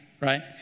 right